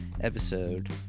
episode